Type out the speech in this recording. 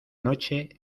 noche